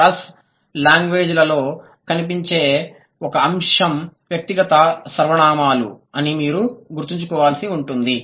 cross లాంగ్వేజ్లలో కనిపించే ఒక అంశం వ్యక్తిగత సర్వనామాలు అని మీరు గుర్తుంచుకోవాల్సిన ఉంటుంది